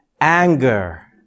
anger